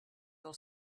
del